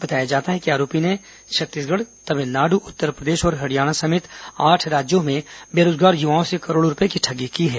बताया जाता है कि आरोपी ने छत्तीसगढ़ तमिलनाडु उत्तरप्रदेश और हरियाणा समेत आठ राज्यों में बेरोजगार युवाओं से करोड़ों रूपये की ठगी की है